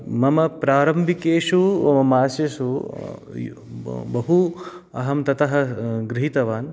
मम प्रारम्भिकेषु मासेषु बहु अहं ततः गृहीतवान्